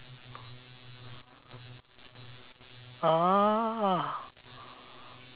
oh